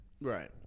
Right